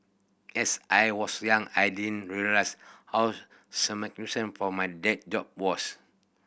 as I was young I didn't realise how for my dad job was